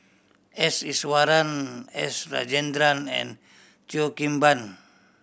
S Iswaran S Rajendran and Cheo Kim Ban